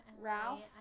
Ralph